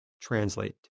translate